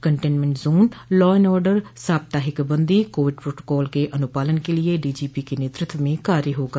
containment zone law and order साप्ताहिक बन्दी COVID protocol के अनुपालन के लिए डीजीपी के नेतृत्व में कार्य होगा